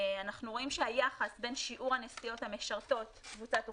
אנחנו רואים שהיחס בין שיעור הנסיעות המשרתות קבוצת אוכלוסייה,